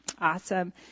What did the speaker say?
Awesome